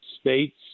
states